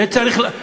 זה לא יקרה.